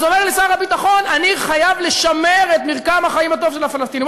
אז אומר לי שר הביטחון: אני חייב לשמר את מרקם החיים הטוב של הפלסטינים.